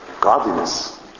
godliness